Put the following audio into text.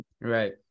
Right